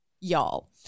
y'all